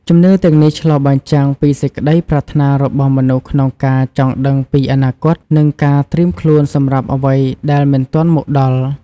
ជំនឿទាំងនេះឆ្លុះបញ្ចាំងពីសេចក្តីប្រាថ្នារបស់មនុស្សក្នុងការចង់ដឹងពីអនាគត និងការត្រៀមខ្លួនសម្រាប់អ្វីដែលមិនទាន់មកដល់។